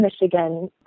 Michigan